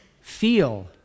feel